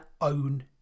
own